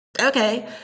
Okay